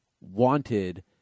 wanted